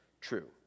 true